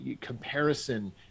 comparison